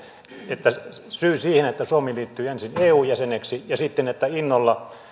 että syy siihen että suomi liittyi ensin eu jäseneksi ja että innolla